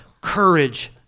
courage